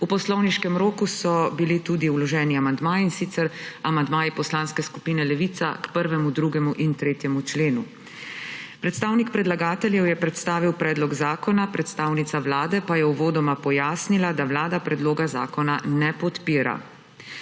V poslovniškem roku so bili tudi vloženi amandmaji, in sicer amandmaji poslanske skupine Levica k 1., 2. in 3. členu. Predstavnik predlagateljev je predstavil predlog zakona, predstavnica Vlade pa je uvodoma pojasnila, da vlada predloga zakona ne podpira.